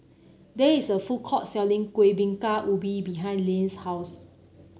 there is a food court selling Kueh Bingka Ubi behind Layne's house